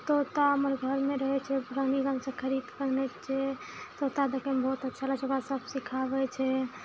तोता हमर घरमे रहै छै रानीगंज से खरीदके अनै छियै तोता देखैमे बहुत अच्छा लागै छै ओकरा सब सिखाबै छै